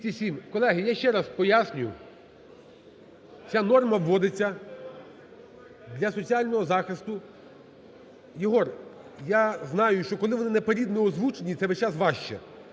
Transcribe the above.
Колеги, я ще раз поясню. Ця норма вводиться для соціального захисту. Єгоре, я знаю, що коли вони наперед не озвучені, це весь час важче.